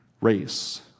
race